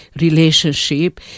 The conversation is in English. relationship